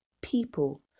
people